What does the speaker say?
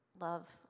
love